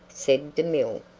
said demille,